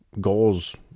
goals